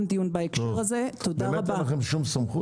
באמת אין להם שום סמכות?